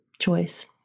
choice